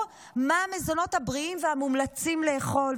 מה המזונות הבריאים והמומלצים לאכול,